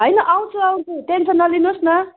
होइन आउँछु आउँछु टेन्सन नलिनु होस् न